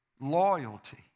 loyalty